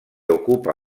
ocupa